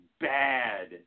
bad